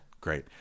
great